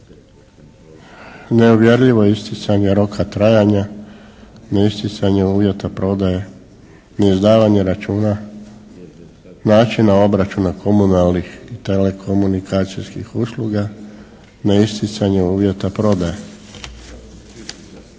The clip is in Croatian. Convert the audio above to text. neuvjerljivo isticanje roka trajanja, neisticanja uvjeta prodaje, neizdavanje računa, načina obračuna komunalnih, telekomunikacijskih usluga, neisticanje uvjeta prodaje.